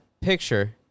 picture